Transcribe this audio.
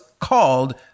called